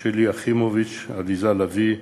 שלי יחימוביץ, עליזה לביא,